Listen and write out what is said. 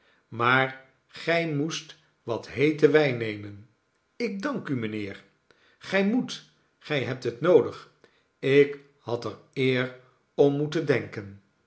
maar gij moest wat heeten wijn nemen ik dank u mijnheerl gij moet gij hebt het noodig ik had er eer om moeten denken